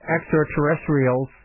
extraterrestrials